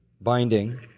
binding